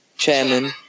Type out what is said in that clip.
chairman